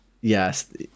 Yes